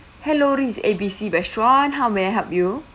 hello this is A_B_C restaurant how may I help you